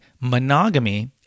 monogamy